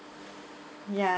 ya